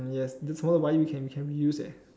yes you forgot to buy we can we can reuse eh